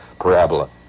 parabola